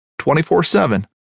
24-7